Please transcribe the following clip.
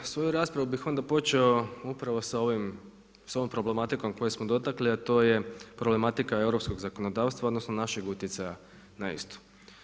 Svoju raspravu bih onda počeo upravo sa ovom problematikom koju smo dotakli, a to je problematika europskog zakonodavstva, odnosno našeg utjecaja na istu.